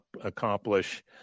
accomplish